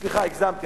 סליחה, הגזמתי,